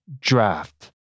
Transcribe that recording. draft